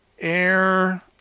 air